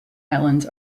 islands